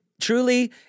truly